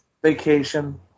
Vacation